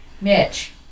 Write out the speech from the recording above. Mitch